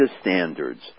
standards